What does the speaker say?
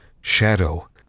shadow